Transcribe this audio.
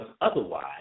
otherwise